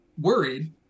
worried